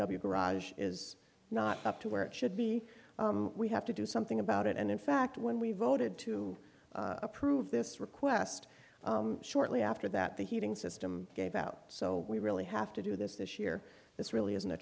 garage is not up to where it should be we have to do something about it and in fact when we voted to approve this request shortly after that the heating system gave out so we really have to do this this year this really isn't a